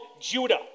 Judah